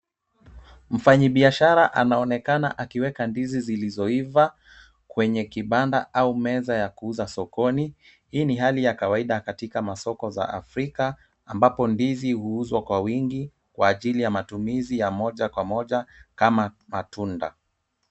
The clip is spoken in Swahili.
Mfanyibiashara anaonekana akiweka ndizi zilizoiva kwenye kibanda au meza ya kuuza sokoni. Hii ni hali ya kawaida katika masoko ya Afrika ambapo ndizi huuzwa kwa wingi kwa ajili ya matumizi ya moja kwa moja kama matunda.